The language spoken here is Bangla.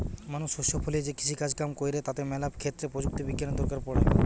মানুষ শস্য ফলিয়ে যে কৃষিকাজ কাম কইরে তাতে ম্যালা ক্ষেত্রে প্রযুক্তি বিজ্ঞানের দরকার পড়ে